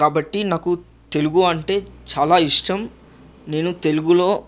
కాబట్టి నాకు తెలుగు అంటే చాలా ఇష్టం నేను తెలుగులో